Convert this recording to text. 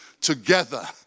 together